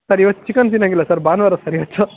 sir ಇವತ್ತು chicken ತಿನ್ನೊಂಗಿಲ್ಲ sir ಭಾನುವಾರ ಸರ್ ಇವತ್ತು